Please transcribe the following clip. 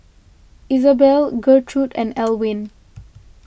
Izabelle Gertrude and Elwin